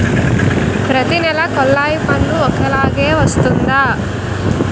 ప్రతి నెల కొల్లాయి పన్ను ఒకలాగే వస్తుందా?